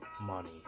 money